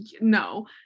no